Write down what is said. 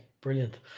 brilliant